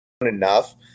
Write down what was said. enough